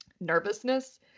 nervousness